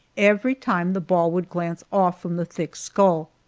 every time the ball would glance off from the thick skull.